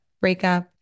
breakup